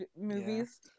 movies